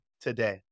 today